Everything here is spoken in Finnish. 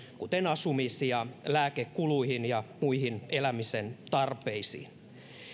kuten asumis ja lääkekuluihin ja muihin elämisen tarpeisiin